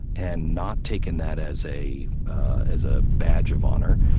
and not taken that as a as a badge of honor.